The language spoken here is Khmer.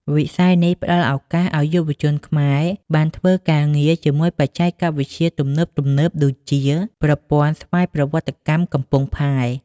វិស័យនេះផ្តល់ឱកាសឱ្យយុវជនខ្មែរបានធ្វើការងារជាមួយបច្ចេកវិទ្យាទំនើបៗដូចជា ប្រព័ន្ធស្វ័យប្រវត្តិកម្មកំពង់ផែ។